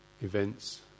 events